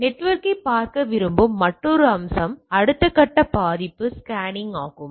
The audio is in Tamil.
எனவே நெட்வொர்க்கைப் பார்க்க விரும்பும் மற்றொரு அம்சம் அடுத்த கட்ட பாதிப்பு ஸ்கேனிங் ஆகும்